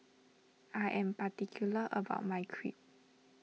I am particular about my Crepe